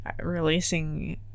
releasing